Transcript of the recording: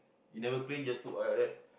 you never clean just put oil like that